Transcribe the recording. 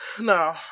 no